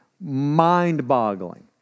mind-boggling